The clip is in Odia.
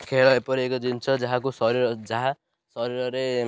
ଖେଳ ଏପରି ଏକ ଜିନିଷ ଯାହାକୁ ଶରୀର ଯାହା ଶରୀରରେ